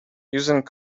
using